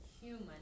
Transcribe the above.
human